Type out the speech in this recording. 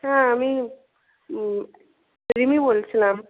হ্যাঁ আমি রিমি বলছিলাম